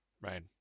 right